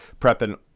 prepping